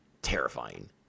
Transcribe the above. terrifying